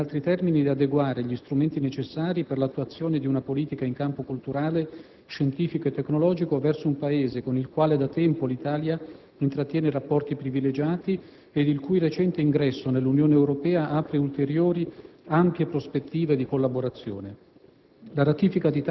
Si tratta, in altri termini, di adeguare gli strumenti necessari per l’attuazione di una politica in campo culturale, scientifico e tecnologico verso un Paese con il quale da tempo l’Italia intrattiene rapporti privilegiati ed il cui recente ingresso nell’Unione Europea apre ulteriori ampie prospettive di collaborazione.